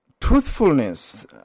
Truthfulness